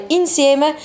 insieme